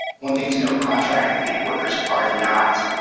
one thing to note contract and gig workers are not,